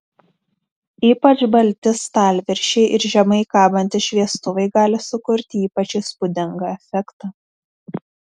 ypač balti stalviršiai ir žemai kabantys šviestuvai gali sukurti ypač įspūdingą efektą